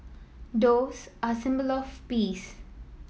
doves are a symbol of peace